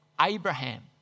Abraham